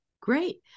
Great